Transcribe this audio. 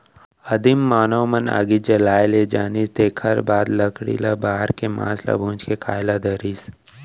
आदिम मानव मन आगी जलाए ले जानिस तेखर बाद लकड़ी ल बार के मांस ल भूंज के खाए ल धरिस